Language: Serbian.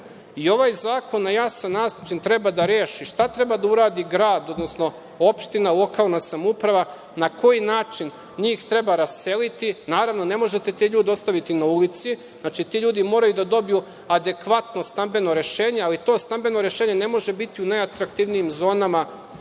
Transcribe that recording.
zakon na jasan način treba da reši šta treba da uradi grad, odnosno opština, lokalna samouprava, na koji način njih treba raseliti. Naravno, ne možete te ljude ostaviti na ulici, ti ljudi moraju da dobiju adekvatno stambeno rešenje, ali to stambeno rešenje ne može biti u najatraktivnijim zonama